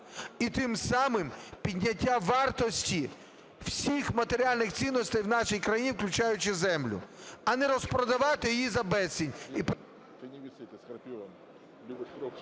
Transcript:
і тим самим підняття вартості всіх матеріальних цінностей в нашій країні, включаючи землю, а не розпродавати її за безцінь